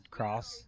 Cross